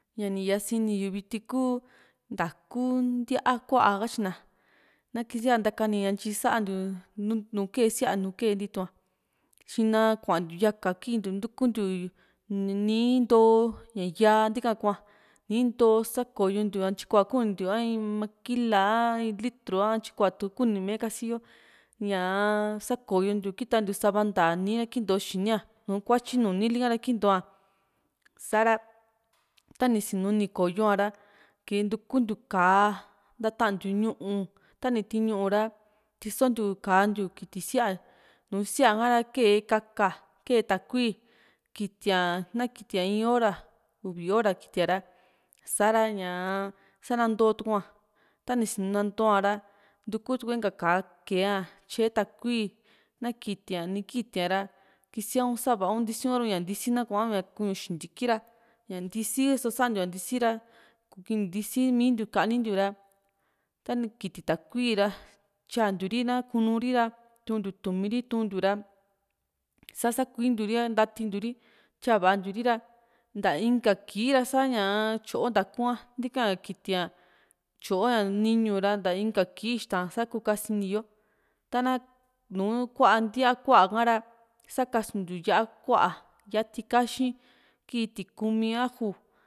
ña ni yasini viti ku ntaa´ku ntíaa ku´a katyina na kisia ntakani ntyi santiu nu kee sia nu ke ntitua xina kua´ntiu yaka kintiu nantu kuntiu nìì nto ña yaa ntika´a kuaa nìì ntoo sakoyontiu a ntyi kuaa kunintiu a in maquila a in litru a ntyikua kuni tu mee kasiyo ñaa sakoyo ntiu kitantiu sakoyo ntiu sava ntá nìì ra kinto xini´a nu kuatyi nunili ka ra kintoa sa´ra tani sinu ni koyoo a ra ki ntukuntiu ka´a ntatantiu ñu´u tani tii´n ñu´u ra tisontiu ka´a ntiu kiti sí´a kara kee ka´ka kee takui kitia na kitia in hora uvi hora kitia ra sa´ra ña sa nantoo tukua tani sinu nanto´ara ntukutukue inka ka´a kee´a tya´e takui na kítia ní kítia´ra kisia´un sava´un ntisi´u taru ña ntisi nakuia a ña kuñu xintiki ra ña ntisi so´sa ntiu ña ntisi ra kiintiu ntisi mintiu kanintiu ra tani kiti takui ra tyantiu ri na kuunu ri ra tuntiu túumi ri tuntiu ra sa sá kuintiuri ra ntatentiu ri tyavantiu ri ra nta inka kii sa´ña tyoo ntaa´ku ha nti´ka kitia tyoo ña niñuu ra nta inka kii ixta´n sa kuu ksini yo tana nùù kuaa ntíaa ku´a kara sakasuntiu yá´a va´a yá´a yikaxi ki tikumi ajo